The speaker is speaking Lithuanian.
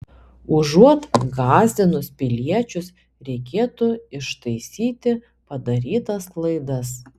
užuot gąsdinus piliečius reikėtų ištaisyti padarytas klaidas